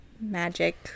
magic